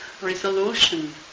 resolution